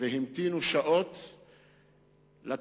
מהפקקים שהיו שם והמתינו שעות לתחבורה.